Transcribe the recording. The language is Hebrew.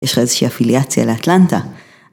‫יש לך איזושהי אפיליאציה לאטלנטה.